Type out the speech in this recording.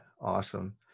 Awesome